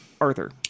arthur